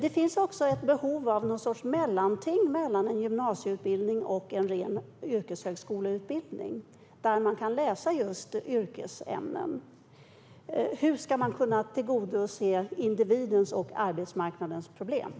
Det finns ett behov av en sorts mellanting mellan gymnasieutbildning och en ren yrkeshögskoleutbildning där man kan läsa just yrkesämnen. Hur ska man kunna tillgodose individens och arbetsmarknadens behov?